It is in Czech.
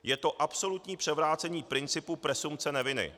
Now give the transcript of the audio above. Je to absolutní převrácení principu presumpce neviny.